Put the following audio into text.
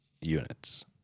units